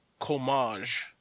Comage